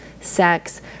sex